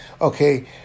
okay